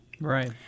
Right